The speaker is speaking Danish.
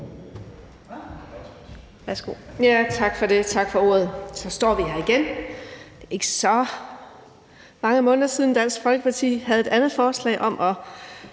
Vind (S): Tak for ordet. Så står vi her igen. Det er ikke så mange måneder siden, at Dansk Folkeparti havde et andet forslag om at